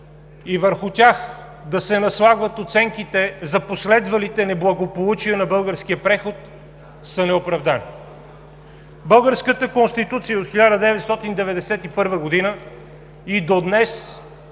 и върху тях да се наслагват оценките за последвалите неблагополучия на българския преход са неоправдани. Българската Конституция от 1991 г. и до днес